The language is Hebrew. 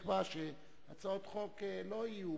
אני אקבע שהצעות חוק לא יהיו,